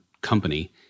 company